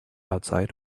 outside